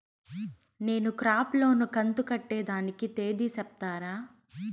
నేను crop loan కంతు కట్టేదానికి తేది సెప్తారా?